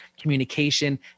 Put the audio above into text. communication